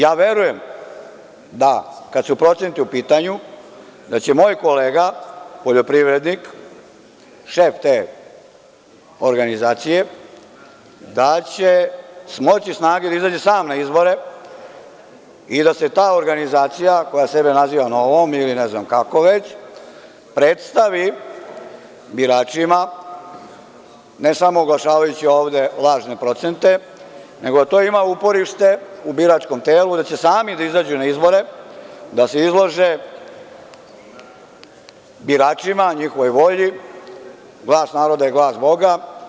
Ja verujem da, kada su procenti u pitanju, da će moj kolega poljoprivrednik, šef te organizacije, da će smoći snage da izađe sam na izbore i da se ta organizacija koja sebe naziva novom ili ne znam kako već, predstavi biračima, ne samo oglašavajući ovde lažne procente, nego da to ima uporište u biračkom telu da će sami da izađu na izbore, da se izlože biračima, njihovoj volji, glas naroda je glas boga.